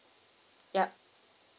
yup